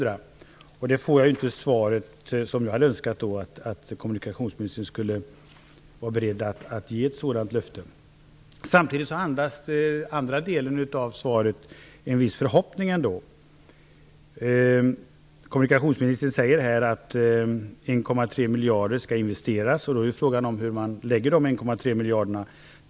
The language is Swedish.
På den frågan får jag ju inte det svar som jag hade önskat, nämligen att kommunikationsministern är beredd att ge ett sådant löfte. Samtidigt inger den andra delen av svaret en viss förhoppning. Kommunikationsministern säger här att 1,3 miljarder kronor skall investeras. Då är frågan hur man kommer att fördela dessa 1,3 miljarder.